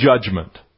judgment